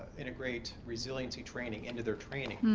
integrate resiliency training into their training,